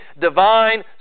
divine